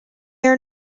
are